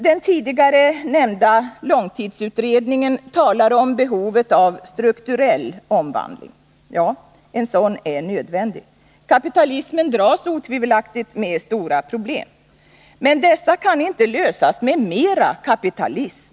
Den tidigare nämnda långtidsutredningen talar om behovet av ”strukturell” omvandling. Ja, en sådan är nödvändig. Kapitalismen dras otvivelaktigt med stora problem. Men dessa kan inte lösas med mera kapitalism.